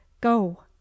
Go